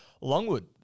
Longwood